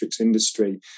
industry